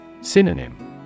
Synonym